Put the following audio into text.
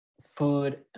food